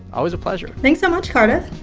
always a pleasure thanks so much, cardiff